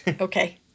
Okay